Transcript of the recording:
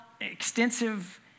extensive